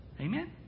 Amen